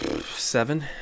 seven